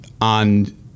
on